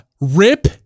Rip